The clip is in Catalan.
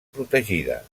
protegida